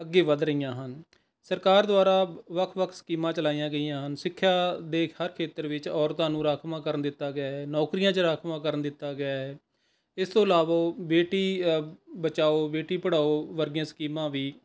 ਅੱਗੇ ਵੱਧ ਰਹੀਆਂ ਹਨ ਸਰਕਾਰ ਦੁਆਰਾ ਵੱਖ ਵੱਖ ਸਕੀਮਾਂ ਚਲਾਈਆਂ ਗਈਆਂ ਹਨ ਸਿੱਖਿਆ ਦੇ ਹਰ ਖੇਤਰ ਵਿੱਚ ਔਰਤਾਂ ਨੂੰ ਰਾਖਵਾਂਕਰਨ ਦਿੱਤਾ ਗਿਆ ਹੈ ਨੌਕਰੀਆਂ 'ਚ ਰਾਖਵਾਂਕਰਨ ਦਿੱਤਾ ਗਿਆ ਹੈ ਇਸ ਤੋਂ ਇਲਾਵਾ ਬੇਟੀ ਬਚਾਓ ਬੇਟੀ ਪੜ੍ਹਾਓ ਵਰਗੀਆਂ ਸਕੀਮਾਂ ਵੀ